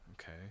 okay